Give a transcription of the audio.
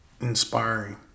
inspiring